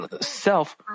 Self